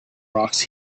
rocks